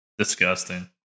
disgusting